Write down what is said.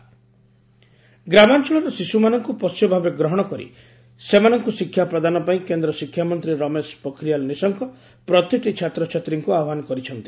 education minister ଗ୍ରାମାଂଚଳର ଶିଶୁମାନଙ୍କୁ ପୋଷ୍ୟଭାବେ ଗ୍ରହଣ କରି ସେମାନଙ୍କୁ ଶିକ୍ଷାପ୍ରଦାନ ପାଇଁ କେନ୍ଦ୍ର ଶିକ୍ଷାମନ୍ତ୍ରୀ ରମେଶ ପୋଖରୀଆଲ୍ ନିଶଙ୍କ୍ ପ୍ରତିଟି ଛାତ୍ରଛାତ୍ରୀଙ୍କୁ ଆହ୍ପାନ କରିଛନ୍ତି